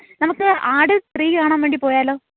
നമുക്ക് ആട് ത്രീ കാണാൻ വേണ്ടി പോയാലോ